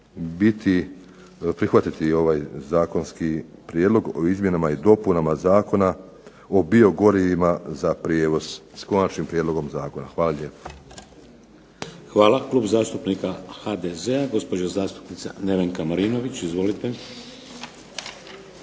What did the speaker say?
će prihvatiti ovaj Zakonski prijedlog o izmjenama i dopunama Zakona o biogorivima za prijevoz s Konačnim prijedlogom zakona. Hvala lijepo. **Šeks, Vladimir (HDZ)** Hvala. Klub zastupnika HDZ-a gospođa zastupnica Nevenka Marinović. Izvolite.